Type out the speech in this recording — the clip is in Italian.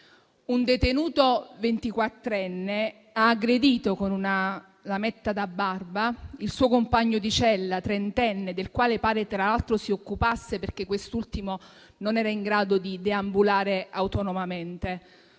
Un detenuto ventiquattrenne ha aggredito con una lametta da barba il suo compagno di cella trentenne, del quale pare tra l'altro si occupasse perché quest'ultimo non era in grado di deambulare autonomamente.